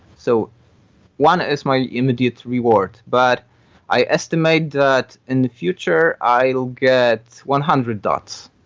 so one is my immediate reward, but i estimate that in the future i will get one hundred dots.